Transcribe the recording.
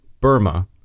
Burma